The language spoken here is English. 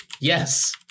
Yes